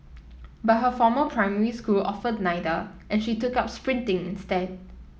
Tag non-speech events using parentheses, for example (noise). (noise) but her former primary school offered neither and she took up sprinting instead